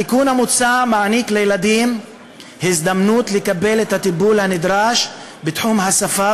התיקון המוצע מעניק לילדים הזדמנות לקבל את הטיפול הנדרש בתחום השפה